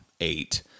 eight